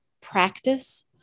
practice